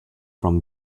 from